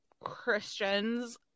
Christians